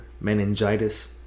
meningitis